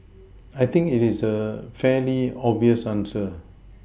I think it is a fairly obvious answer